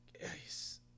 Yes